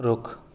ਰੁੱਖ